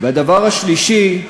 והדבר השלישי,